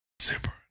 Super